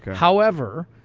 however,